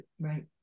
right